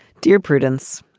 dear prudence,